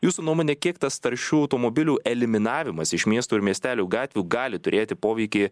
jūsų nuomone kiek tas taršių automobilių eliminavimas iš miestų ir miestelių gatvių gali turėti poveikį